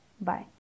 Bye